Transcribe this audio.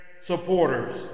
supporters